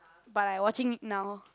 but I watching now